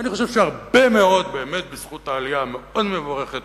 ואני חושב שהרבה מאוד בזכות העלייה המאוד מבורכת